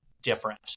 different